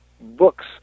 books